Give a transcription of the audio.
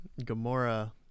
Gamora